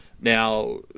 Now